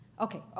Okay